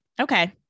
Okay